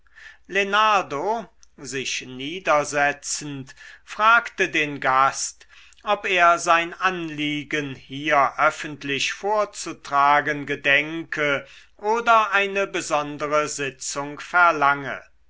sich niedersetzend fragte den gast ob er sein anliegen hier öffentlich vorzutragen gedenke oder eine besondere sitzung verlange